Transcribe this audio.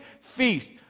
feast